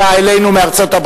הבאים אלינו מארצות-הברית,